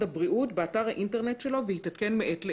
הבריאות באתר האינטרנט שלו ויתעדכן מעת לעת.